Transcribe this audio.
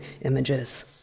images